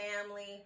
family